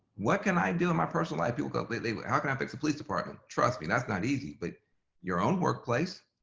what can i do in my personal life? people go, but how but ah can i fix the police department? trust me, that's not easy but your own workplace,